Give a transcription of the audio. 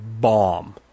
bomb